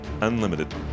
Unlimited